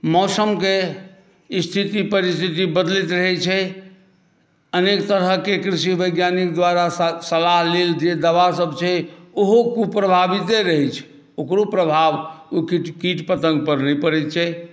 मौसमके स्थिति परिस्थिति बदलैत रहै छै अनेक तरहकेँ कृषि वैज्ञानिक द्वारा सलाह लेल जे दवा सभ छै ओहो कुप्रभाविते रहै छै ओकरो प्रभाव ओ किट पतङ्ग पर नहि पड़ै छै